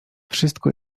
wszystko